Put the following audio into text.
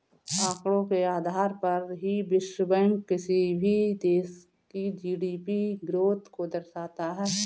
आंकड़ों के आधार पर ही विश्व बैंक किसी भी देश की जी.डी.पी ग्रोथ को दर्शाता है